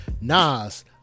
Nas